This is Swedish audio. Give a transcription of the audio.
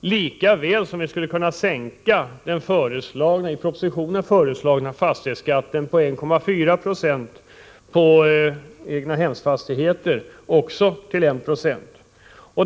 lika väl som man skulle kunna sänka den i propositionen föreslagna fastighetsskatten på 1,4 96 på egnahemsfastigheter till I 70.